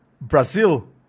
Brazil